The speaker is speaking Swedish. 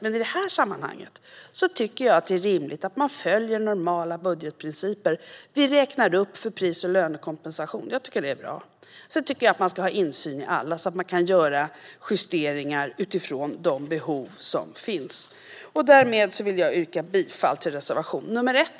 I det här sammanhanget tycker jag att det är rimligt att man följer normala budgetprinciper. Vi räknar upp för pris och lönekompensation. Jag tycker att det är bra. Jag tycker också att man ska ha insyn i alla myndigheter så att man kan göra justeringar utifrån de behov som finns. Därmed yrkar jag bifall till reservation nr 1.